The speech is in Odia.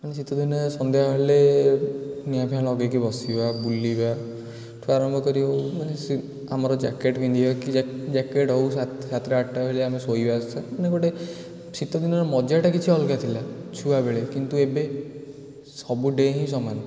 ମାନେ ଶୀତଦିନେ ସନ୍ଧ୍ୟା ହେଲେ ନିଆଁ ଫିଆଁ ଲଗାଇକି ବସିବା ବୁଲିବାଠୁ ଆରମ୍ଭ କରି ମାନେ ସେ ଆମର ଜ୍ୟାକେଟ୍ ପିନ୍ଧିବା କି ଜ୍ୟାକେଟ୍ ହେଉ ସାତଟା ଆଠଟା ବେଳେ ଆମେ ଶୋଇବା ସେଦିନ ଗୋଟେ ଶୀତ ଦିନର ମଜାଟା କିଛି ଅଲଗା ଥିଲା ଛୁଆବେଳେ କିନ୍ତୁ ଏବେ ସବୁ ଡେ' ହିଁ ସମାନ